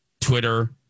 Twitter